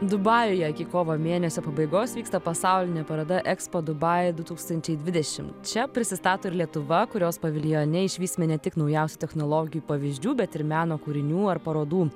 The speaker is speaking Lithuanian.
dubajuje iki kovo mėnesio pabaigos vyksta pasaulinė paroda ekspo dubai du tūkstančiai dvidešim čia prisistato ir lietuva kurios paviljone išvysime ne tik naujausių technologijų pavyzdžių bet ir meno kūrinių ar parodų